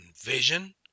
vision